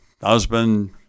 husband